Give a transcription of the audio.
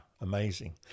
amazing